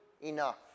enough